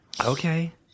Okay